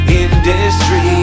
industry